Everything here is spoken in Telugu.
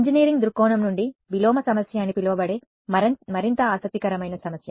ఇంజినీరింగ్ దృక్కోణం నుండి విలోమ సమస్య అని పిలువబడే మరింత ఆసక్తికరమైన సమస్య